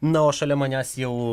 na o šalia manęs jau